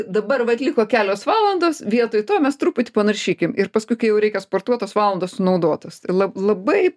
dabar vat liko kelios valandos vietoj to mes truputį panaršykim ir paskui kai jau reikia sportuot tos valandos sunaudotos ir la labai